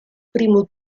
primo